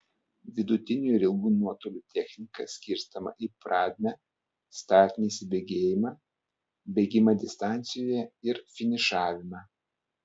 vidutinių ir ilgų nuotolių technika skirstoma į pradmę startinį įsibėgėjimą bėgimą distancijoje ir finišavimą